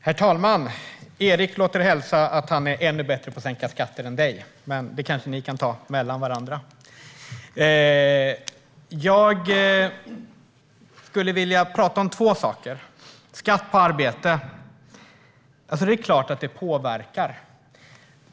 Herr talman! Erik låter hälsa att han är ännu bättre på att sänka skatter än du, Mathias Sundin, men det kanske ni kan ta upp med varandra. Jag skulle vilja prata om två saker. Det är klart att skatt på arbete påverkar.